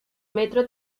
metro